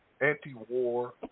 anti-war